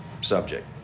subject